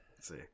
See